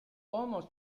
almost